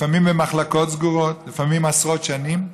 לפעמים במחלוקות סגורות, לפעמים עשרות שנים,